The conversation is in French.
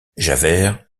javert